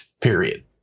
period